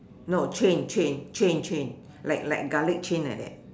no chain chain chain chain like like garlic chain like that